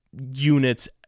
units